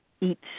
eat